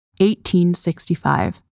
1865